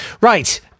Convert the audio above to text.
Right